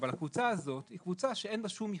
הקבוצה הזאת היא קבוצה שאין בה שום ייחוד.